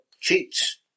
cheats